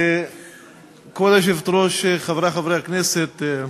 כבוד היושבת-ראש, חברי חברי הכנסת,